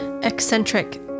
eccentric